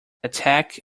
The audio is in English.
attack